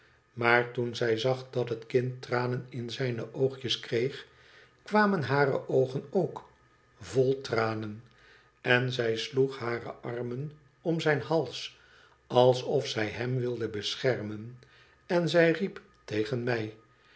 maar toen zij zag dat het kind tranen in zijne oogjes kreeg kwamen hare oogen ook vol tranen en zij sloeg hare armen om zijn luils alsof zij hem wilde beschermen en zij riep tegen mij